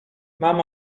mam